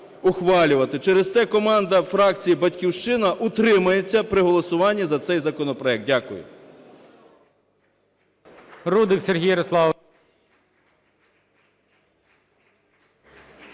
Через те команда фракції "Батьківщина", утримається при голосуванні за цей законопроект. Дякую.